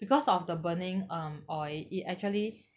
because of the burning um oil it actually